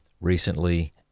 recently